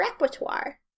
repertoire